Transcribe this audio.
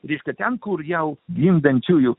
lįsti ten kur jau gimdančiųjų